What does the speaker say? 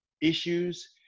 issues